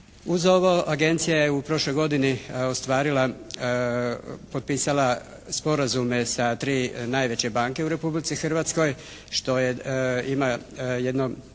Uz ovo agencija je u prošloj godini ostvarila, potpisala sporazume sa tri najveće banke u Republici Hrvatskoj što je, ima jedno